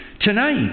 tonight